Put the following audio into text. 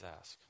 ask